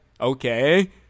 okay